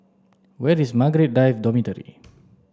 where is Margaret Drive Dormitory